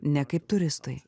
ne kaip turistui